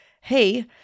hey